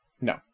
No